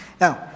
Now